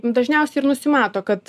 dažniausiai ir nusimato kad